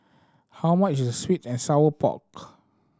how much is the sweet and sour pork